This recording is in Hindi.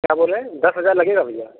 क्या बोलें दस हज़ार लगेगा भईया